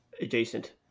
adjacent